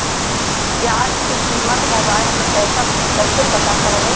प्याज की कीमत मोबाइल में कैसे पता करबै?